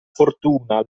fortuna